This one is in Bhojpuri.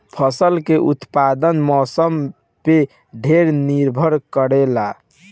फसल के उत्पादन मौसम पे ढेर निर्भर करेला